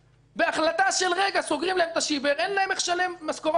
בהחלטה של רגע סוגרים להם את השיבר אין להם איך לשלם משכורות עובדים.